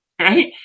Right